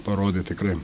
parodė tikrai